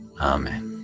amen